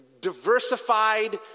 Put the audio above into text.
diversified